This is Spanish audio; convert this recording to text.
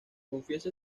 confiesa